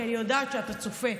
כי אני יודעת שאתה צופה,